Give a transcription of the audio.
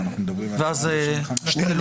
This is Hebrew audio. שנייה,